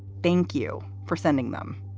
thank you for sending them.